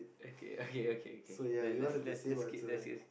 okay okay okay okay let's let's let's let's skip let's skip